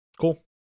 Cool